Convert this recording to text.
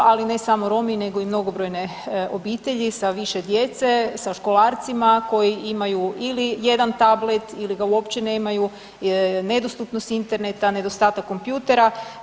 Ali ne samo Romi, nego i mnogobrojne obitelji sa više djece, sa školarcima koji imaju ili jedan tablet ili ga uopće nemaju, nedostupnost interneta, nedostatak kompjutera.